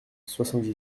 soixante